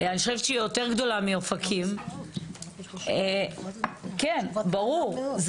אני חושבת שהיא יותר גדולה מאופקים, כן, ברור.